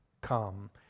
come